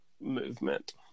movement